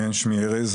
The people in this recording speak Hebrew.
אני ארז,